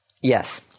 Yes